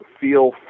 Feel